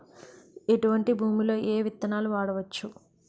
ఎటువంటి భూమిలో ఏ విత్తనాలు వాడవచ్చు?